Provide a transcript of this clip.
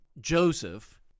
Joseph